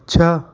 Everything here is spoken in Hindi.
छः